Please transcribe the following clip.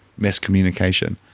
miscommunication